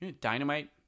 Dynamite